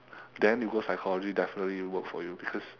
then you go psychology definitely work for you because